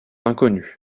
inconnus